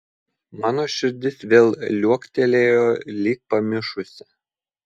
mano širdis vėl liuoktelėjo lyg pamišusi